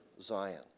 Zion